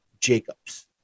Jacobs